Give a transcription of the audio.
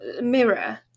mirror